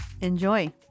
Enjoy